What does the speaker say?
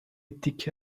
تکه